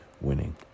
winning